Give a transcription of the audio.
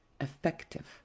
effective